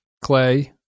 Clay